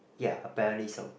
ya apparently so